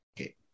Okay